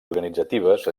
organitzatives